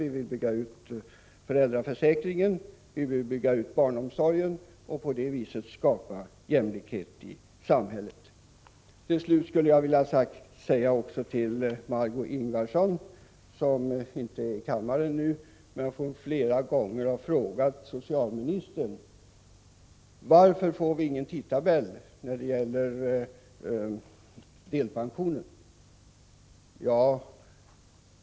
Vi vill bygga ut föräldraförsäkringen och bygga ut barnomsorgen och på det viset skapa jämlikhet i samhället. Till slut skulle jag också ha velat säga några ord till Margöé Ingvardsson, som inte är i kammaren nu men som flera gånger har frågat socialministern: Varför får vi ingen tidtabell när det gäller delpensionen?